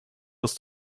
was